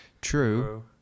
True